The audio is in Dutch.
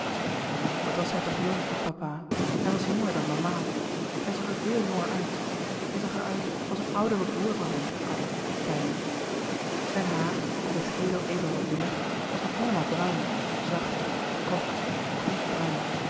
wat was hij toch jong papa hij was jonger dan mama hij zag er veel jonger uit hij zag er uit als een oudere broêr van hem addy bijna zijn haar op den schedel even wat dunner was nog heelemaal bruin zacht kort